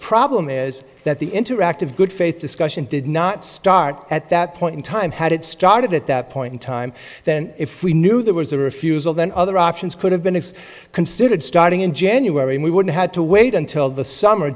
problem is that the interactive good faith discussion did not start at that point in time had it started at that point in time then if we knew there was a refusal then other options could have been it's considered starting in january and we wouldn't had to wait until the summer